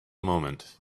moment